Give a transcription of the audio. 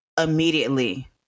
immediately